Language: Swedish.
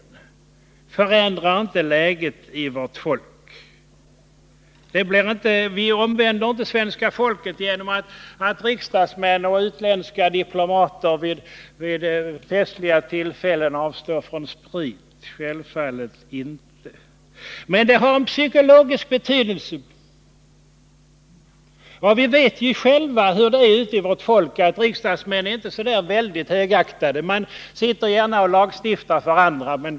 Den förändrar inte läget inom vårt folk. Vi omvänder inte svenska folket genom att riksdagsmän och utländska diplomater vid festliga tillfällen avstår från sprit — självfallet inte. Men detta har en psykologisk betydelse. Vi vet själva hur det är ute bland folk. Riksdagsmän är inte så väldigt högaktade — de sitter gärna och lagstiftar för andra.